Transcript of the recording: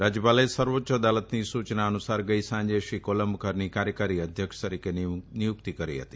રાજ્યપાલે સર્વોચ્ય અદાલતની સુચના અનુસાર ગઇ સાંજે શ્રી કોલંબકરની કાર્યકારી અધ્યક્ષ તરીકે નિયુકતી કરી હતી